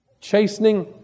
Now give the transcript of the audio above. Chastening